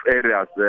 areas